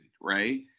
right